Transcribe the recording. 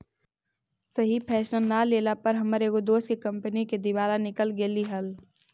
सही फैसला न लेला पर हमर एगो दोस्त के कंपनी के दिवाला निकल गेलई हल